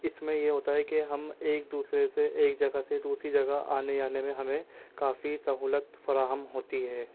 اس میں یہ ہوتا ہے کہ ہم ایک دوسرے سے ایک جگہ سے دوسری جگہ آنے جانے میں ہمیں کافی سہولت فراہم ہوتی ہے